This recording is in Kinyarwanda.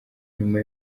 nyuma